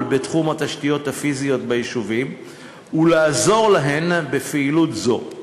בתחום התשתיות הפיזיות ביישובים ולעזור להן בפעילות זו,